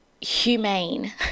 humane